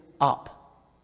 up